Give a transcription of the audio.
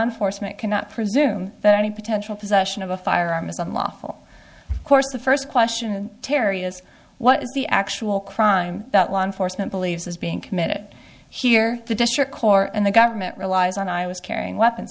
enforcement cannot presume that any potential possession of a firearm is unlawful course the first question terry is what is the actual crime that law enforcement believes is being committed here the district court and the government relies on i was carrying weapons